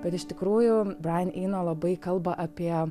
bet iš tikrųjų brajan inou labai kalba apie